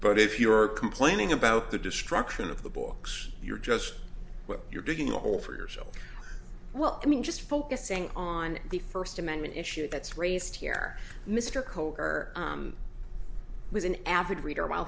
but if you're complaining about the destruction of the books you're just you're digging a hole for yourself well i mean just focusing on the first amendment issue that's raised here mr cole her was an avid reader while